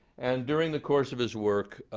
and during the course of his work,